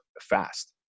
fast